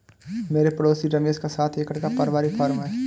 मेरे पड़ोसी रमेश का सात एकड़ का परिवारिक फॉर्म है